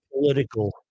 political